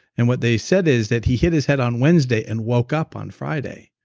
and what they said is that he hit his head on wednesday and woke up on friday.